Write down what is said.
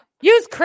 Use